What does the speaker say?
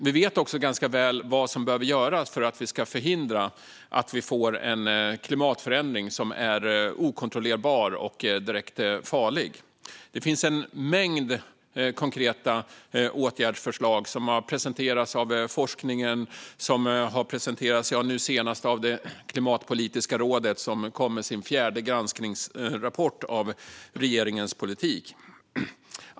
Vi vet också ganska väl vad som behöver göras för att vi ska förhindra att vi får en klimatförändring som är okontrollerbar och direkt farlig. Det finns en mängd konkreta åtgärdsförslag som har presenterats av forskningen och nu senast av Klimatpolitiska rådet, som kom med sin fjärde granskningsrapport om regeringens politik.